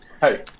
Hey